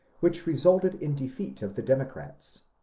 which resulted in defeat of the democrats.